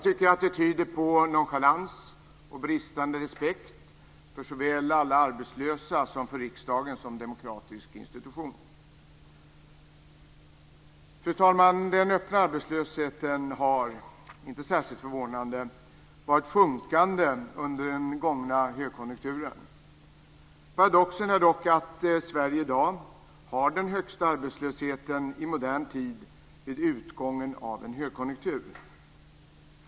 Det tyder på nonchalans och bristande respekt såväl för alla arbetslösa som för riksdagen som demokratisk institution. Fru talman! Den öppna arbetslösheten har, inte särskilt förvånande, varit sjunkande under den gångna högkonjunkturen. Paradoxen är dock att Sverige i dag har den högsta arbetslösheten i modern tid vid utgången av en högkonjunktur.